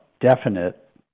definite